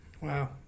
Wow